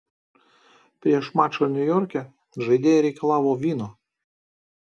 prieš mačą niujorke žaidėja reikalavo vyno